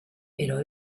pero